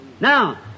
Now